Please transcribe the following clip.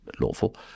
lawful